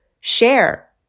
share